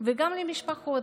וגם למשפחות.